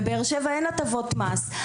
בבאר שבע אין הטבות מס,